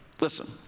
Listen